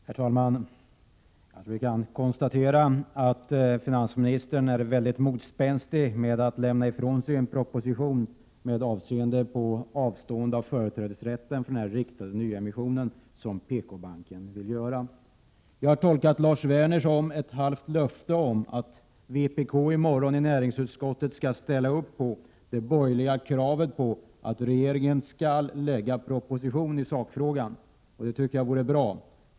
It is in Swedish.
Herr talman! Vi kan konstatera att finansministern är motspänstig när det gäller att lämna ifrån sig en proposition om avstående av företrädesrätten i fråga om den riktade nyemission som PKbanken vill göra. Jag har tolkat det Lars Werner sade som ett halvt löfte om att vpk i morgon i näringsutskottet skall ställa upp bakom det borgerliga kravet på att regeringen skall lägga fram en proposition i sakfrågan. Det tycker jag vore bra.